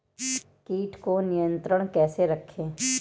कीट को नियंत्रण कैसे करें?